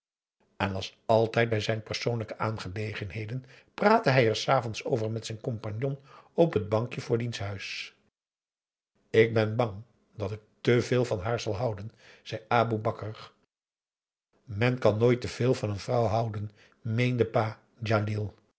en als altijd bij zijn persoonlijke aangelegenheden praatte hij er s avonds over met zijn compagnon op het bankje voor diens huis ik ben bang dat ik te veel van haar zal houden zei aboe bakar men kan nooit te veel van een vrouw houden meende